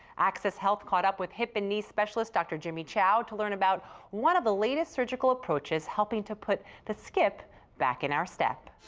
access health caught up with hip and knee specialist, dr. jimmy chow to learn about one of the latest surgical approaches helping to put the skip back in our step.